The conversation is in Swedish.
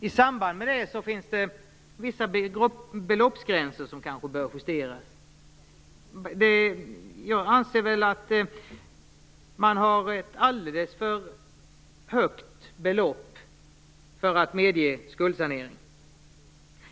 I samband med det finns det vissa beloppsgränser som kanske bör justeras. Jag anser att man har ett alldeles för högt belopp för att medge skuldsanering.